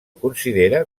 considera